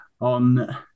on